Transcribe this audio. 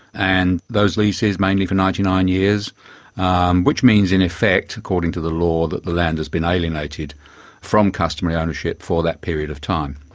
and those leases, mainly for ninety nine years which means in effect, according to the law, that the land has been alienated from customary ownership for that period of time.